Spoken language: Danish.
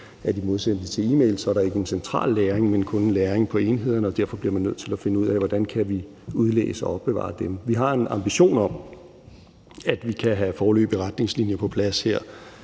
der i modsætning til e-mails ikke er nogen central lagring, men kun lagring på enhederne. Og derfor bliver man nødt til at finde ud af, hvordan vi kan udlæse og opbevare dem. Vi har en ambition om, at vi kan have foreløbige retningslinjer på plads her